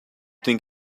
think